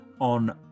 on